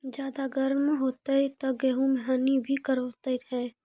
ज्यादा गर्म होते ता गेहूँ हनी भी करता है?